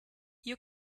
you